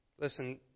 Listen